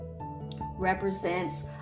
represents